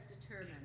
determined